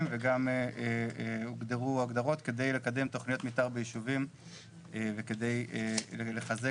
וגם הוגדרו הגדרות כדי לקדם תכניות מתאר בישובים וכדי לחזק